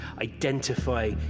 identify